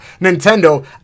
Nintendo